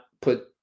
put